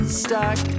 stuck